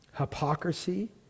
Hypocrisy